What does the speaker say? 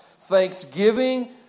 thanksgiving